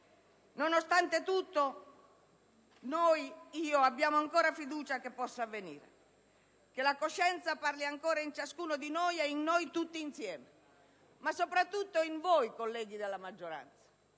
Nonostante tutto, abbiamo ancora fiducia che possa avvenire, che la coscienza parli ancora in ciascuno di noi e in noi tutti insieme, ma soprattutto in voi, colleghi della maggioranza.